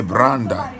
Branda